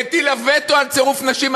שהטילה וטו על צירוף נשים,